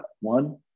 One